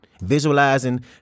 visualizing